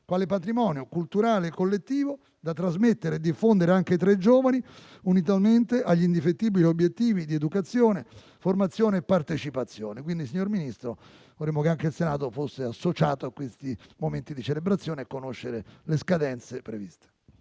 quale patrimonio culturale collettivo, da trasmettere e diffondere, anche tra i giovani, unitamente agli indefettibili obiettivi di educazione, formazione e partecipazione. Quindi, signor Ministro, vorremmo che anche il Senato potesse associarsi a questi momenti di celebrazione e conoscere le scadenze previste.